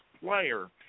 player